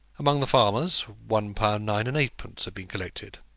among the farmers one pound nine and eightpence had been collected.